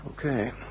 Okay